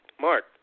Mark